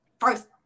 first